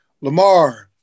Lamar